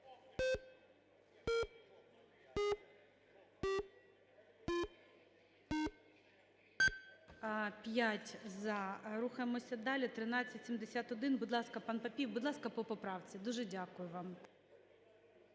За-5 Рухаємося далі. 1371. Будь ласка, пан Папієв, будь ласка, по поправці. Дуже дякую вам.